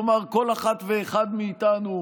כלומר, כל אחת ואחד מאיתנו,